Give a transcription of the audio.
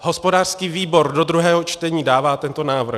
Hospodářský výbor do druhého čtení dává tento návrh.